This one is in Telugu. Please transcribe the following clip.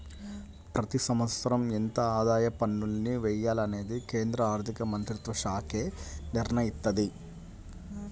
ప్రతి సంవత్సరం ఎంత ఆదాయ పన్నుల్ని వెయ్యాలనేది కేంద్ర ఆర్ధికమంత్రిత్వశాఖే నిర్ణయిత్తది